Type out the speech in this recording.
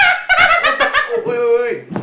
what the f~ oi wait wait wait